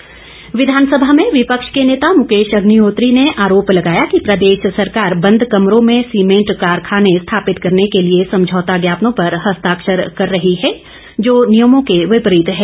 अग्निहोत्री विधानसभा में विपक्ष के नेता मुकेश अग्निहोत्री ने आरोप लगाया कि प्रदेश सरकार बंद कमरो में सीमेंट कारखाने स्थापित करने के लिए समझौता ज्ञापनो पर हस्ताक्षर कर रही है जो नियमों के विपरीत है